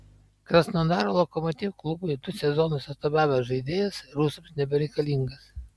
krasnodaro lokomotiv klubui du sezonus atstovavęs žaidėjas rusams nebereikalingas